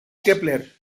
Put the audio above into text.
kepler